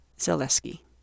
Zaleski